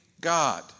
God